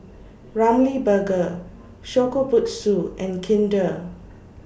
Ramly Burger Shokubutsu and Kinder